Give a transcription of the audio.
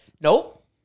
Nope